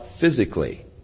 physically